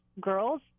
girls